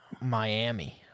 Miami